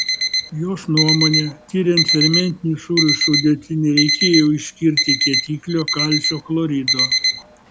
jos nuomone tiriant fermentinių sūrių sudėtį nereikėjo išskirti kietiklio kalcio chlorido